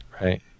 right